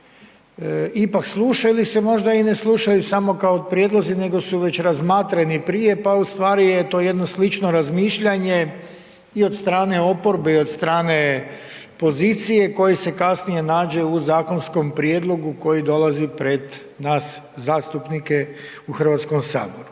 ipak sluša ili se možda i ne slušaju samo kao prijedlozi nego su već razmatrani prije, pa ustvari je to jedno slično razmišljanje i od strane oporbe i od strane pozicije koji se kasnije nađe u zakonskom prijedlogu koji dolazi pred nas zastupnike u Hrvatskom saboru.